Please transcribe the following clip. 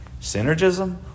Synergism